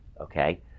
Okay